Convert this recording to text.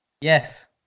Yes